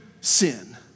sin